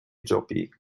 torpilles